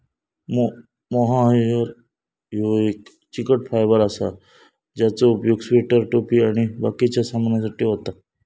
mohair ह्यो एक चिकट फायबर असा ज्याचो उपयोग स्वेटर, टोपी आणि बाकिच्या सामानासाठी होता